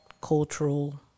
cultural